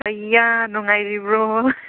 ꯑꯩꯌꯥ ꯅꯨꯡꯉꯥꯏꯔꯤꯕ꯭ꯔꯣ